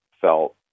felt